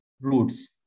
roots